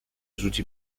rzuci